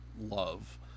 love